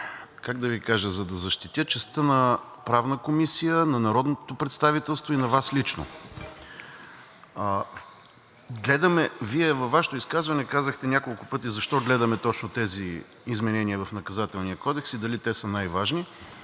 как да Ви кажа, за да защитя честта на Правната комисия, на народното представителство и на Вас лично. Вие във Вашето изказване казахте няколко пъти защо гледаме точно тези изменения в Наказателния кодекс и дали те са най-важни